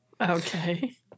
Okay